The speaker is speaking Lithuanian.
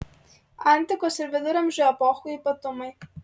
antikos ir viduramžių epochų ypatumai